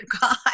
guy